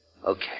Okay